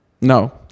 no